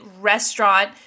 restaurant